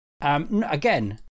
Again